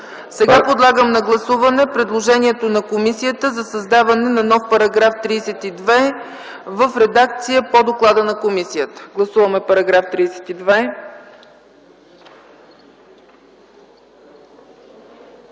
Сега подлагам на гласуване предложението на комисията за създаване на нов § 32 в редакцията по доклада на комисията. Гласуваме § 32.